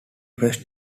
west